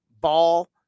ball